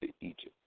Egypt